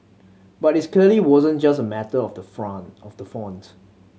but it clearly wasn't just a matter of the from of the font